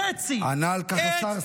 בחצי, ענה על כך השר סמוטריץ'.